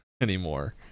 anymore